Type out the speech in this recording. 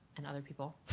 and other people